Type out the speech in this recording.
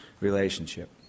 relationship